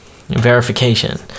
Verification